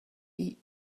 eat